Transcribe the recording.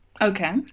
Okay